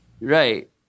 Right